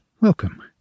welcome